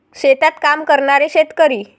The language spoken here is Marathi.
शेतात काम करणारे शेतकरी